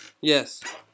Yes